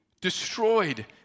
destroyed